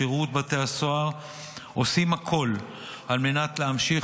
בשירות בתי הסוהר עושים הכול על מנת להמשיך